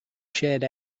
shared